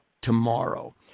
tomorrow